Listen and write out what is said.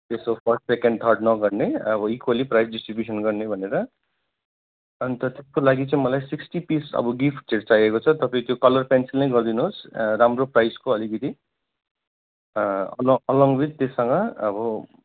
त्यसको first second third नगर्ने अब इक्वेली प्राइज डिस्ट्रिब्युसन गर्ने भनेर अन्त त्यसको लागि चाहिँ मलाई सिक्स्टी पिस अब गिफ्टहरू चाहिएको छ तपाईँ त्यो कलर पेन्सिल नै गरिदिनु होस् राम्रो प्राइसको अलिकति अलङ अलङ विथ त्योसँग अब